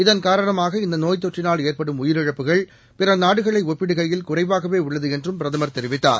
இதன் காரணமாக இந்தநோய் தொற்றினால் ஏற்படும் உயிரிழப்புகள் பிறநாடுகளைஒப்பிடுகையில் குறைவாகவேஉள்ளதுஎன்றும் பிரதமர் தெரிவித்தார்